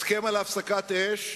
הסכם על הפסקת אש,